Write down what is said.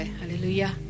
Hallelujah